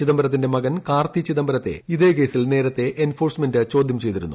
ചിദംബരത്തിന്റെ മകൻ കാർത്തി ചിദംബരത്തെ ഇതേ കേസിൽ നേരത്തെ എൻഫോഴ്സ്മെന്റ് ചോദ്യം ചെയ്തിരുന്നു